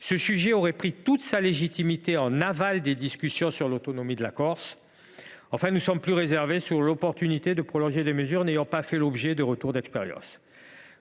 ce sujet aurait pris toute sa légitimité en aval des discussions sur l’autonomie de la Corse. Nous sommes plus réservés sur l’opportunité de prolonger des mesures n’ayant pas fait l’objet de retours d’expérience.